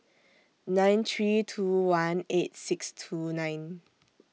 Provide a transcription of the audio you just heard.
nine three two one eight six two nine